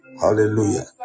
Hallelujah